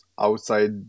outside